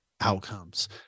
outcomes